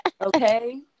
Okay